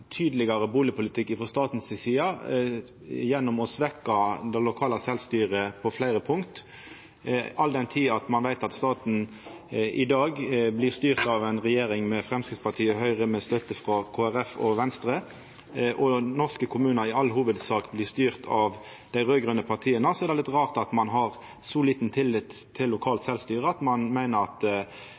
tydelegare bustadpolitikk frå staten si side gjennom å svekkja det lokale sjølvstyret på fleire punkt. All den tid ein veit at staten i dag blir styrt av ei regjering med Framstegspartiet og Høgre, med støtte frå Kristeleg Folkeparti og Venstre, og at norske kommunar i all hovudsak blir styrte av dei raud-grøne partia, er det litt rart at ein har så liten tillit til lokalt sjølvstyre at ein meiner at